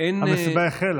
המסיבה החלה,